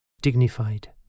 Dignified